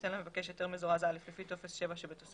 תיתן למבקש היתר מזורז א' לפי טופס 7 שבתוספת".